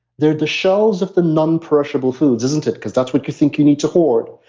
they're the shelves of the nonperishable foods, isn't it? because that's what you think you need to hoard.